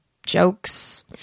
jokes